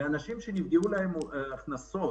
אנשים שנפגעו להם ההכנסות,